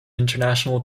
international